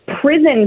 prison